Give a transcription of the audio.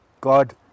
God